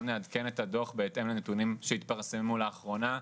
נעדכן את הדו"ח בהתאם לנתונים שהתפרסמו לאחרונה.